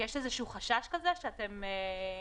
יש חשש כזה שאתם בוחנים אותו?